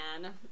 man